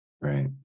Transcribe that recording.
Right